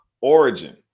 origin